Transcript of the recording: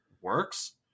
works